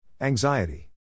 Anxiety